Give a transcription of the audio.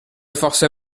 forcer